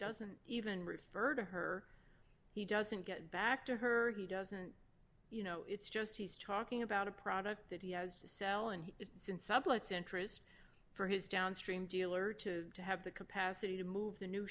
doesn't even refer to her he doesn't get back to her or he doesn't you know it's just he's talking about a product that he has to sell and it's in sublets interest for his downstream dealer to to have the capacity to move the new